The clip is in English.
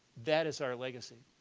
that is our legacy.